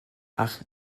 ach